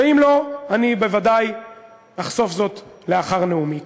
ואם לא, אני בוודאי אחשוף זאת לאחר נאומי.